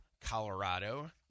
Colorado